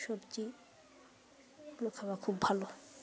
সবজিগুলো খুব ভালো